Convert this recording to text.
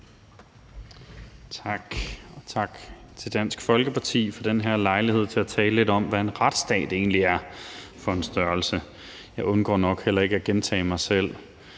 (SF): Tak til Dansk Folkeparti for den her lejlighed til at tale lidt om, hvad en retsstat egentlig er for en størrelse. Jeg undgår nok heller ikke at gentage mig selv